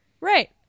Right